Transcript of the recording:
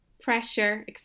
pressure